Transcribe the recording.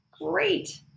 Great